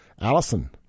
Allison